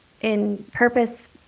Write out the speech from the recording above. in-purpose